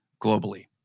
globally